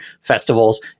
festivals